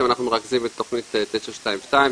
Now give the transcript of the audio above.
אנחנו מרכזים את תכנית 922,